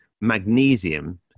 magnesium